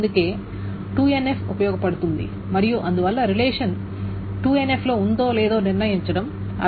అందుకే 2 NF ఉపయోగపడుతుంది మరియు అందువల్ల రిలేషన్ 2 NFలో ఉందో లేదో నిర్ణయించడం అర్ధవంతమే